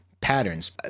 patterns